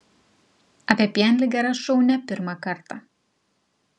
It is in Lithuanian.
apie pienligę rašau ne pirmą kartą